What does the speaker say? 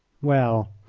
well,